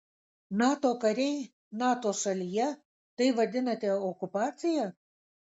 nato kariai nato šalyje tai vadinate okupacija